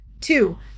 Two